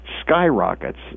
skyrockets